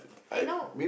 and now